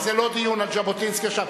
זה לא דיון על ז'בוטינסקי עכשיו,